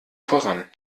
voran